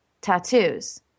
tattoos